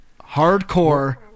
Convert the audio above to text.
hardcore